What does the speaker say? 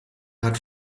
hat